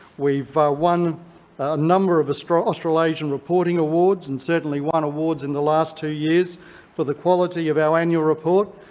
we've won a number of so ah australasian reporting awards, and certainly won awards in the last two years for the quality of our annual report.